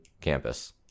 campus